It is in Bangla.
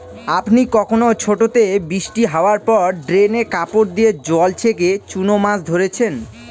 আপনি কখনও ছোটোতে বৃষ্টি হাওয়ার পর ড্রেনে কাপড় দিয়ে জল ছেঁকে চুনো মাছ ধরেছেন?